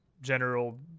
general